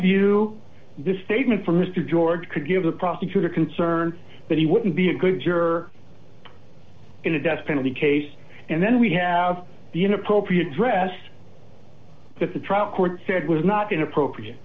view this statement from mr george could give the prosecutor concerned that he wouldn't be a good you're in a death penalty case and then we have the inappropriate dress that the trial court said was not inappropriate